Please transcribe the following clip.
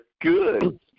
good